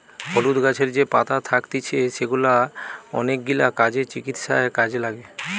হলুদ গাছের যে পাতা থাকতিছে সেগুলা অনেকগিলা কাজে, চিকিৎসায় কাজে লাগে